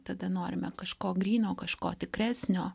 tada norime kažko gryno kažko tikresnio